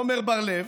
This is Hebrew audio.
עמר בר לב,